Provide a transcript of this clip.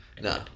No